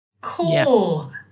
Cool